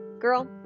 Girl